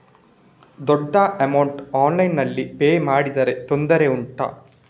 ದೊಡ್ಡ ಅಮೌಂಟ್ ಆನ್ಲೈನ್ನಲ್ಲಿ ಪೇ ಮಾಡಿದ್ರೆ ತೊಂದರೆ ಉಂಟಾ?